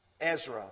Ezra